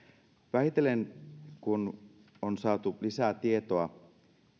vähitellen kun on saatu lisätietoa